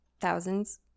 thousands